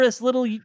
little